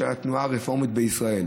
של התנועה הרפורמית בישראל.